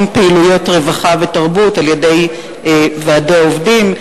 פעילויות רווחה ותרבות על-ידי ועדי עובדים.